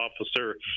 officer